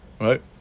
Right